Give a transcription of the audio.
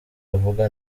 avuga